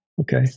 Okay